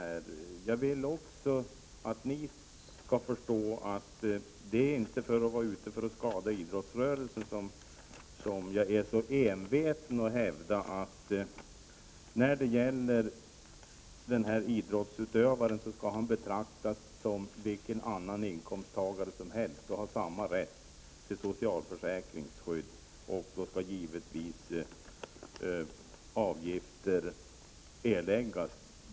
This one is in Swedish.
Men jag vill att ni skall förstå att det inte är för att jag är ute efter att skada idrottsrörelsen som jag så envetet hävdar att idrottsutövaren skall betraktas som vilken annan inkomsttagare som helst och ha samma rätt som andra till socialförsäkringsskydd. Men givetvis skall avgifter erläggas.